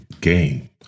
game